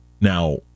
Now